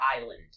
island